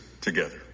together